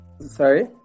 Sorry